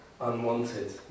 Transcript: unwanted